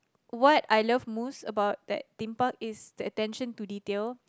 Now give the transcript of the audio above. what I love most about that Theme Park is the attention to detail